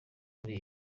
kuri